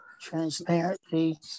Transparency